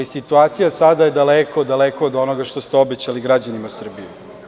Ali, situacija sada je daleko, daleko od onoga što ste obećali građanima Srbije.